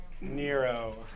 Nero